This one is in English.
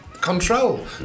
control